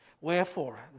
Wherefore